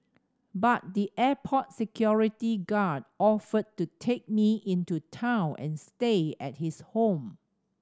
but the airport security guard offered to take me into town and stay at his home